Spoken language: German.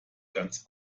ganz